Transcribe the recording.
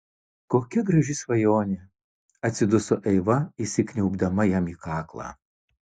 kokia graži svajonė atsiduso eiva įsikniaubdama jam į kaklą